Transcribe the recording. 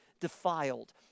defiled